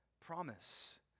promise